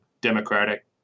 democratic